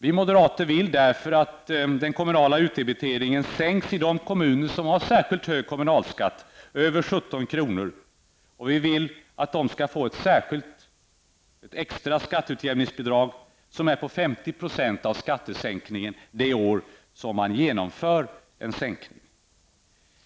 Vi moderater vill därför att den kommunala utdebiteringen sänks i de kommuner som har särskilt hög kommunalskatt, dvs. över 17 kr. Vi vill att dessa kommuner skall få ett extra skatteutjämningsbidrag på 50 % av skattesänkningen det år som man genomför en sänkning.